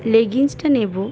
লেগিংসটা নেব